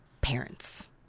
parents